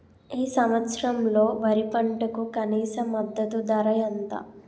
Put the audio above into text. ఈ సంవత్సరంలో వరి పంటకు కనీస మద్దతు ధర ఎంత?